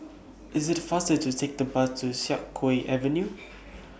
IT IS faster to Take The Bus to Siak Kew Avenue